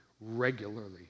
regularly